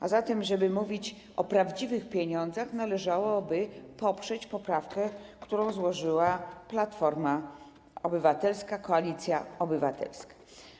A zatem, żeby mówić o prawdziwych pieniądzach, należałoby poprzeć poprawkę, którą złożyła Platforma Obywatelska, Koalicja Obywatelska.